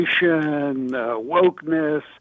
wokeness